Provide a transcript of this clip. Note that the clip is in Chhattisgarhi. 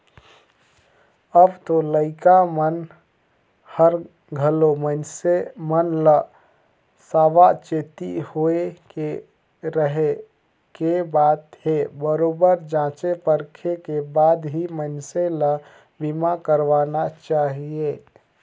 अब तो लइका मन हर घलो मइनसे मन ल सावाचेती होय के रहें के बात हे बरोबर जॉचे परखे के बाद ही मइनसे ल बीमा करवाना चाहिये